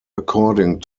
according